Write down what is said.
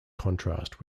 contrast